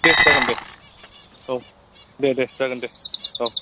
दे जागोन दे औ दे दे जागोन दे औ